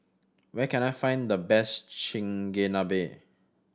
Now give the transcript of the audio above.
where can I find the best Chigenabe